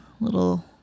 little